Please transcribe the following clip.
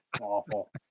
Awful